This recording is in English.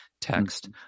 text